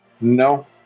No